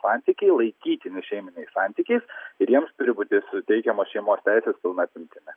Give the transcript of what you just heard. santykiai laikytini šeiminiais santykiais ir jiems turi būti suteikiamos šeimos teisės pilna apimtimi